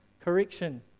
Correction